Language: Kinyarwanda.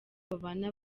babana